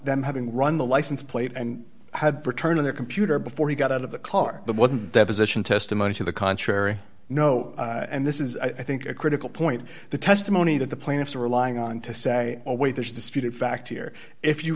them having run the license plate and had return on their computer before he got out of the car but wasn't deposition testimony to the contrary no and this is i think a critical point the testimony that the plaintiffs are relying on to say oh wait there's disputed fact here if you